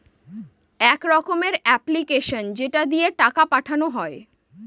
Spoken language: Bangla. এক রকমের এপ্লিকেশান যেটা দিয়ে টাকা পাঠানো হয়